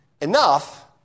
enough